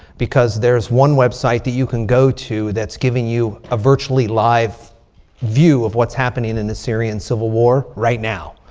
because there's one website that you can go to that's giving you a virtually live view of what's happening in the syrian civil war right now.